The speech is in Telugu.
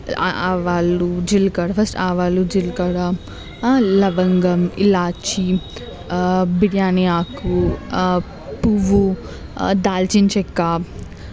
ఆ ఆ ఆవాలు జీలకర్ర ఫస్ట్ ఆవాలు జీలకర్ర లవంగం ఇలాచీ బిర్యానీ ఆకు పువ్వు దాల్చిన్ చెక్క